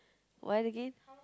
what again